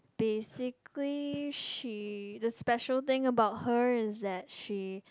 basically she the special thing about her is that she